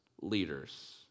leaders